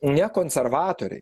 ne konservatoriai